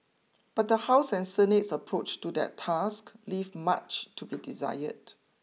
but the House and Senate's approach to that task leave much to be desired